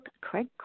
Craig